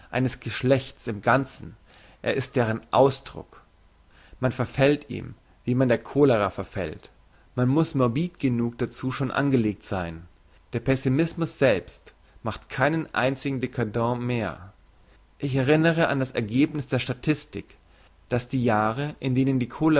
eines geschlechts im ganzen er ist deren ausdruck man verfällt ihm wie man der cholera verfällt man muss morbid genug dazu schon angelegt sein der pessimismus selbst macht keinen einzigen dcadent mehr ich erinnere an das ergebniss der statistik dass die jahre in denen die